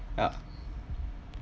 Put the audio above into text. ya